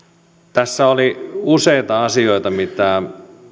tässä oli useita asioita mitä